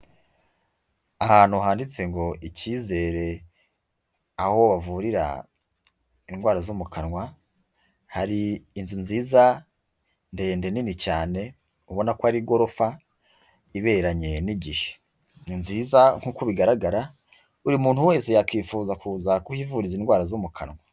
Ahantu handitse ngo icyizere, aho bavurira indwara zo mu kanwa hari inzu nziza ndende nini cyane ubona ko ari igorofa iberanye n'igihe, ni nziza nk'uko bigaragara buri muntu wese yakifuza kuza kuhivuriza indwara zo mu kanwa.